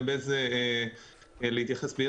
תגיד לנו על איזה מילים בסעיף יש לך